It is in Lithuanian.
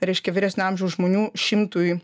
reiškia vyresnio amžiaus žmonių šimtui